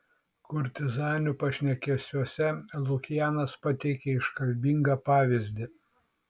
kurtizanių pašnekesiuose lukianas pateikia iškalbingą pavyzdį